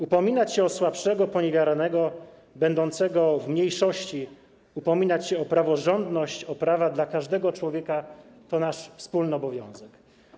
Upominać się o słabszego, poniewieranego, będącego w mniejszości, upominać się o praworządność, o prawa dla każdego człowieka - to nasz wspólny obowiązek.